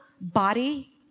body